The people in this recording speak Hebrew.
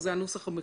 זה הזמן להודות להם.